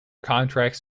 contracts